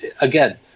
again